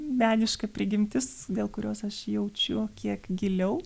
meniška prigimtis dėl kurios aš jaučiu kiek giliau